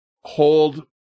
hold